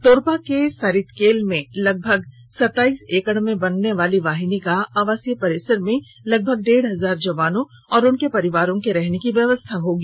तोरपा के सारितकेल में लगभग सताइस एकड़ में बननेवाली वाहिनी का आवासीय परिसर में लगभग डेढ़ हजार जवानों और उनके परिवारों के रहने की व्यवस्था होगी